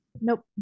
Nope